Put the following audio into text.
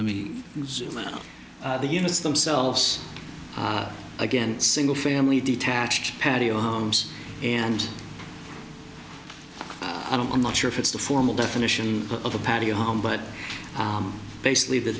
me the units themselves against single family detached patio homes and i don't i'm not sure if it's the formal definition of a patio home but basically the